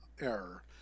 error